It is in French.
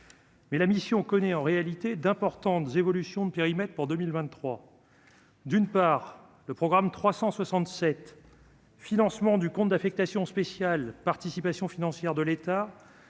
Mais la mission connaît en réalité d'importantes évolutions de périmètre pour 2023, d'une part le programme 367 financement du compte d'affectation spéciale Participations financières de l'État